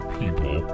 people